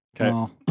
Okay